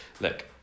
look